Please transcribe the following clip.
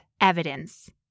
evidence